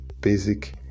basic